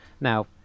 Now